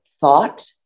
thought